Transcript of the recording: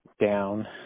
down